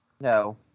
No